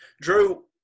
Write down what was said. Drew